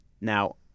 Now